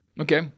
Okay